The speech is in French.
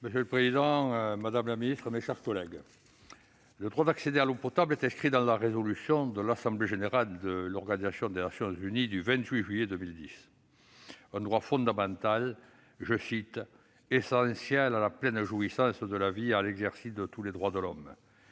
Monsieur le président, madame la secrétaire d'État, mes chers collègues, le droit d'accéder à l'eau potable est inscrit dans la résolution de l'assemblée générale de l'Organisation des Nations unies du 28 juillet 2010 comme un droit fondamental « essentiel à la pleine jouissance de la vie et à l'exercice de tous les droits de l'homme ».